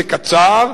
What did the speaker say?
זה קצר,